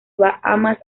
bahamas